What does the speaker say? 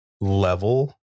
level